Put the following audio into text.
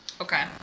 Okay